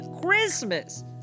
Christmas